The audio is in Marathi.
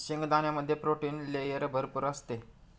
शेंगदाण्यामध्ये प्रोटीन लेयर भरपूर असते